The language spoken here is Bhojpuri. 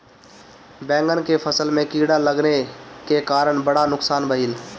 बैंगन के फसल में कीड़ा लगले के कारण बड़ा नुकसान भइल